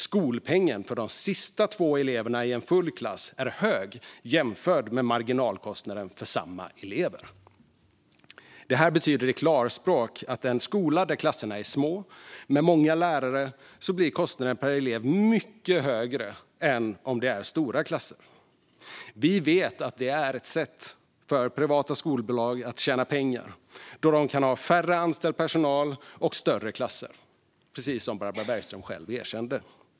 Skolpengen för de sista två eleverna i en full klass är hög jämförd med marginalkostnaden för samma elever. Det här betyder i klarspråk att i en skola där klasserna är små, med många lärare, blir kostnaden per elev mycket högre än om det är stora klasser. Vi vet att det är ett sätt för privata skolbolag att tjäna pengar, då de kan ha färre anställd personal och större klasser - precis som Barbara Bergström själv erkänner.